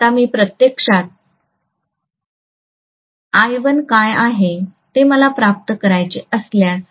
आता मी प्रत्यक्षात I1 काय आहे तो मला प्राप्त करायचे असल्यास